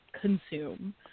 consume